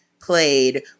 played